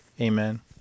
Amen